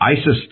ISIS